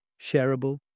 shareable